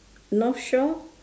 north shore